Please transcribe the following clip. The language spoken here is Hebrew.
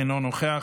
אינו נוכח,